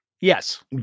Yes